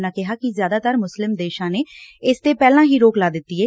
ਉਨਾਂ ਕਿਹਾ ਕਿ ਜ਼ਿਆਦਾਤਰ ਮੁਸਲਿਮ ਦੇਸਾਂ ਨੇ ਇਸਤੇ ਪਹਿਲਾਂ ਹੀ ਰੋਕ ਲਾ ਦਿੱਤੀ ਏ